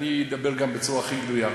ואני אדבר גם בצורה הכי גלויה: